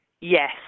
Yes